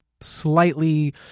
slightly